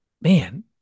man